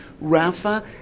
Rafa